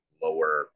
Lower